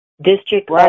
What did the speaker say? District